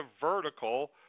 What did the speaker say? vertical